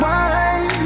one